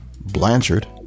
Blanchard